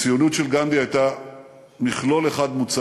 הציונות של גנדי הייתה מכלול אחד מוצק: